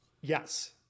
Yes